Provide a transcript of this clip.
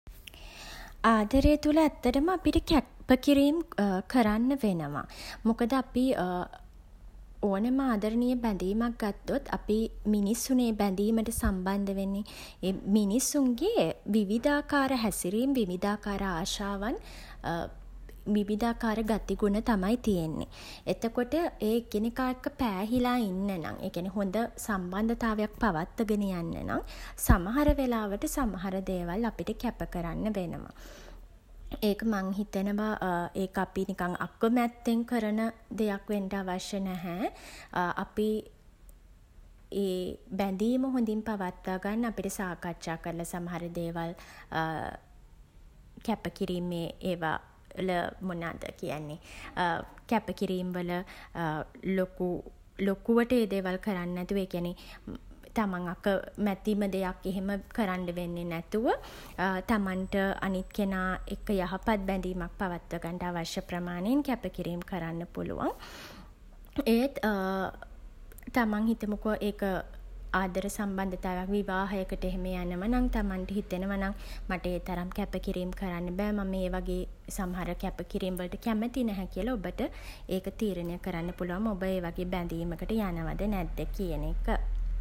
ආදරය තුළ ඇත්තටම අපිට කැප කිරීම් කරන්න වෙනවා. මොකද අපි ඕනම ආදරණීය බැඳීමක් ගත්තොත් අපි මිනිස්සුනේ ඒ බැඳීමට සම්බන්ධ වෙන්නේ. ඒ මිනිස්සුන්ගේ විවිධාකාර හැසිරීම් විවිධාකාර ආශාවන් විවිධාකාර ගතිගුණ තමයි තියෙන්නේ. එතකොට ඒ එකිනෙකා එක්ක පෑහිලා ඉන්න නම් ඒ කියන්නේ හොඳ සම්බන්ධතාවයක් පවත්ව ගෙන යන්න නම් සමහර වෙලාවට සමහර දේවල් අපිට කැප කරන්න වෙනවා. ඒක මං හිතනවා ඒක අපි නිකන් අකමැත්තෙන් කරන දෙයක් වෙන්ට අවශ්‍ය නැහැ. අපි ඒ බැඳීම හොඳින් පවත්වා ගන්න අපිට සාකච්ඡා කරලා සමහර දේවල් කැප කිරීම් ඒ වල මොනාද කියන්නේ කැප කිරීම් වල ලොකු ලොකුවට ඒ දේවල් කරන් නැතුව ඒ කියන්නේ තමන් අක මැතිම දෙයක් එහෙම කරන්න වෙන්නෙ නැතුව තමන්ට අනිත් කෙනා එක්ක යහපත් බැඳීමක් පවත්ව ගන්ඩ අවශ්‍ය ප්‍රමාණයෙන් කැප කිරීම් කරන්න පුළුවන්. ඒත් තමන් හිතමුකෝ ඒක ආදර සම්බන්ධතාවක් විවාහයකට එහෙම යනව නම් තමන්ට හිතෙනවා නම් මට ඒ තරම් කැප කිරීම් කරන්න බෑ මම ඒ වගේ සමහර කැප කිරීම් වලට කැමති නැහැ කියල ඔබට ඒක තීරණය කරන්න පුළුවන් ඔබ ඒ වගේ බැඳීමකට යනවද නැද්ද කියන එක.